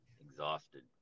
exhausted